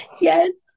Yes